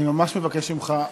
אני ממש מבקש ממך,